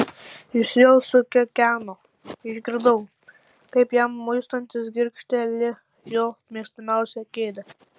jis vėl sukikeno išgirdau kaip jam muistantis girgžteli jo mėgstamiausia kėdė